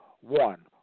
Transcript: One